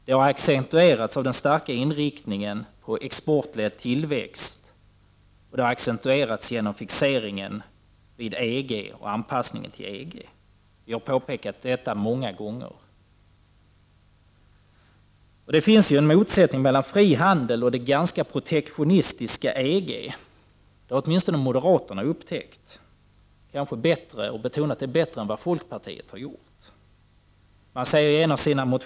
Det har accentuerats av den starka inriktningen på export och tillväxt, och det har accentuerats genom fixeringen vid EG och anpassningen till EG. Vi har påpekat detta många gånger. Det finns en motsättning mellan fri handel och det ganska protektionistiska EG. Det har åtminstone moderaterna upptäckt och betonat mer än vad folkpartiet har gjort.